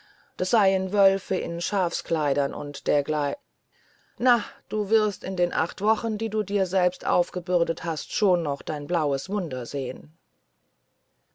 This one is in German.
das seien wölfe in schafskleidern und dergl na du wirst in den acht wochen die du dir selbst aufgebürdet hast schon noch dein blaues wunder sehen